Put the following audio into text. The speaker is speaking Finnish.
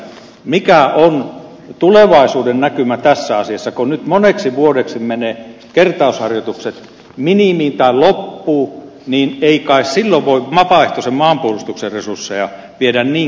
mikä on tulevaisuuden näkymä tässä asiassa kun nyt moneksi vuodeksi menevät kertausharjoitukset minimiin tai loppuvat niin ei kai silloin voi vapaaehtoisen maanpuolustuksen resursseja viedä niin kuiviin